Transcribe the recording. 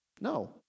No